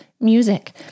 music